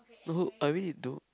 no who I mean into